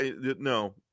no